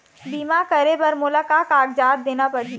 बीमा करे बर मोला का कागजात देना पड़ही?